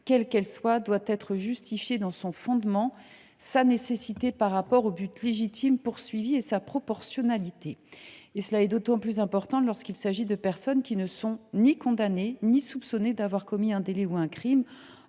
quelle qu’elle soit, soit justifiée dans son fondement et dans sa nécessité par rapport au but légitime visé et à sa proportionnalité. C’est d’autant plus important lorsqu’il s’agit de personnes qui ne sont ni condamnées ni soupçonnées d’avoir commis un délit ou un crime.